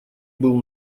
был